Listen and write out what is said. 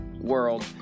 world